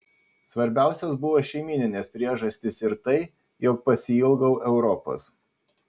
svarbiausios buvo šeimyninės priežastys ir tai jog pasiilgau europos